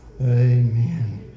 Amen